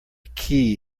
key